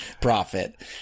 profit